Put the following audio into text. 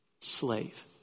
Slave